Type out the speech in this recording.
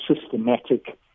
systematic